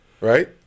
right